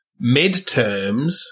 midterms